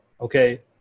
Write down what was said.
Okay